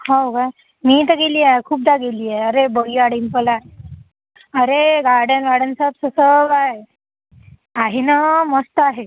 हो का मी तर गेली आहे खूपदा गेली आहे अरे बढियाँ टेंपल आहे अरे गार्डन वार्डन सब कुछ सब आहे आहे ना मस्त आहे